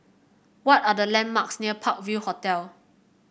what are the landmarks near Park View Hotel